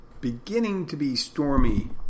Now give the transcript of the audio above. beginning-to-be-stormy